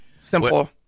Simple